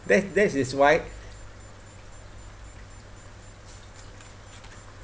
that that is why